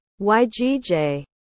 YGJ